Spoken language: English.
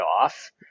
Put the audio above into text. off